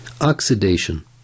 Oxidation